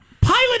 Pilot